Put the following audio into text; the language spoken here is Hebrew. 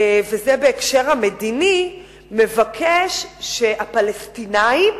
בהקשר המדיני, מבקש שהפלסטינים